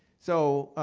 so